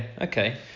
okay